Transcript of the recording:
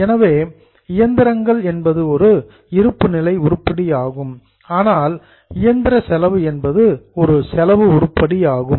எனவே இயந்திரங்கள் என்பது ஒரு இருப்புநிலை உருப்படியாகும் ஆனால் இயந்திர செலவு என்பது ஒரு செலவு உருப்படியாகும்